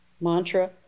Mantra